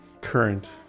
current